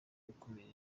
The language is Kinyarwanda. gukumira